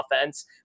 offense